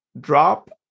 drop